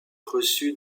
reçut